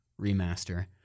remaster